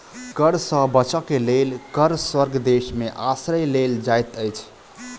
कर सॅ बचअ के लेल कर स्वर्ग देश में आश्रय लेल जाइत अछि